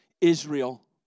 Israel